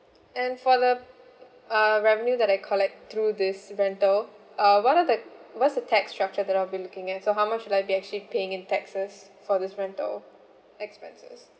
and for the uh revenue that I collect through this rental uh what are the what's the tax structure that I'll be looking at so how much will I be actually paying in taxes for these rental expenses